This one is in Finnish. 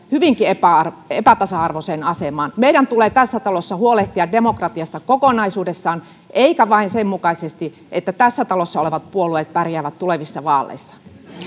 hyvinkin epätasa epätasa arvoiseen asemaan meidän tulee tässä talossa huolehtia demokratiasta kokonaisuudessaan eikä vain sen mukaisesti että tässä talossa olevat puolueet pärjäävät tulevissa vaaleissa